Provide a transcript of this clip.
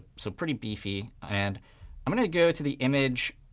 so pretty beefy. and i'm going to go to the image